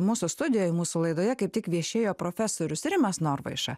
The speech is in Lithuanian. mūsų studijoj mūsų laidoje kaip tik viešėjo profesorius rimas norvaiša